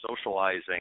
socializing